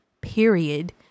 period